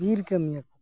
ᱵᱤᱨ ᱠᱟᱹᱢᱤᱭᱟᱹ